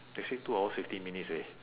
they say two hours fifteen minutes eh